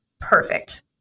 perfect